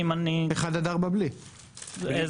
נכון,